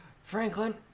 Franklin